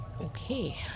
Okay